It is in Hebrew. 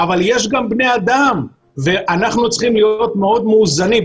אבל יש גם בני אדם ואנחנו צריכים להיות מאוד מאוד מאוזנים,